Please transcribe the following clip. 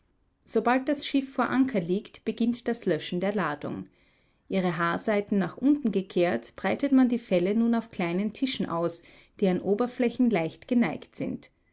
sobald das schiff vor anker liegt beginnt das löschen der ladung ihre haarseiten nach unten gekehrt breitet man die felle nun auf kleinen tischen aus deren oberflächen leicht geneigt sind